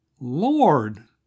Lord